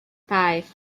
five